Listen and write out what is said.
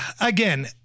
again